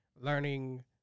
learning